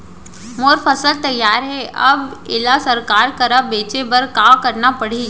मोर फसल तैयार हे अब येला सरकार करा बेचे बर का करना पड़ही?